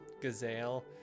gazelle